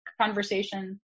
conversation